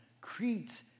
Crete